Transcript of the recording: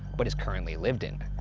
but is currently lived in.